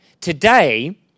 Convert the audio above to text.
Today